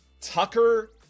Tucker